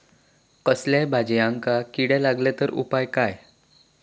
कसल्याय भाजायेंका किडे लागले तर उपाय काय?